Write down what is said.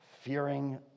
fearing